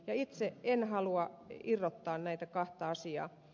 itse en halua irrottaa näitä kahta asiaa